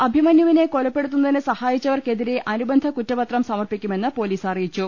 അഭിമന്യുവിനെ കൊലപ്പെടു ത്തുന്നതിന് സഹായിച്ചവർക്കെതിരെ ്രുഅനുബന്ധ കുറ്റപത്രം സമർപ്പിക്കുമെന്ന് പൊലീസ് അറിയിച്ചു